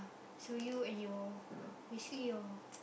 so you and your is he your